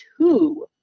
two